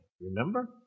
Remember